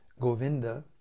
Govinda